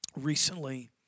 recently